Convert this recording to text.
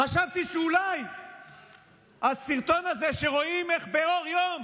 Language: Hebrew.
חשבתי שאולי הסרטון הזה, שרואים איך באור יום